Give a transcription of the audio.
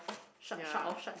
ya